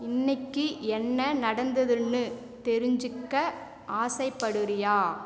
இன்னைக்கு என்ன நடந்ததுன்னு தெரிஞ்சுக்க ஆசைப்படுறியா